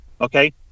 Okay